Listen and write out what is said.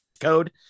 code